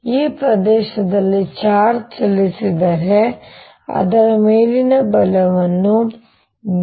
ಈ ಪ್ರದೇಶದಲ್ಲಿ ಚಾರ್ಜ್ ಚಲಿಸಿದರೆ ಅದರ ಮೇಲಿನ ಬಲವನ್ನು B